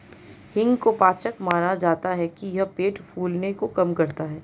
हींग को पाचक माना जाता है कि यह पेट फूलने को कम करता है